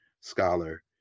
scholar